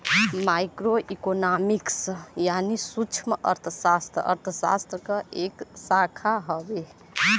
micro economics यानी सूक्ष्मअर्थशास्त्र अर्थशास्त्र क एक शाखा हउवे